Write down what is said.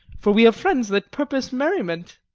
for we have friends that purpose merriment.